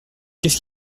qu’est